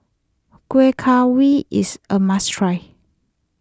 Kuih Kaswi is a must try